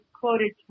quoted